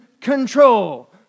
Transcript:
control